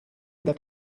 that